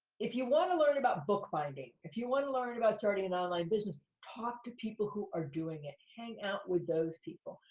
if you wanna learn about book binding, if you wanna learn about starting an online business, talk to people who are doing it. hang out with those people.